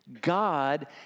God